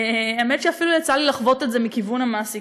האמת היא שאפילו יצא לי לחוות את זה מכיוון המעסיקה: